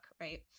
right